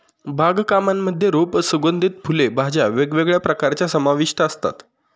बाग कामांमध्ये रोप, सुगंधित फुले, भाज्या वेगवेगळ्या प्रकारच्या समाविष्ट असतात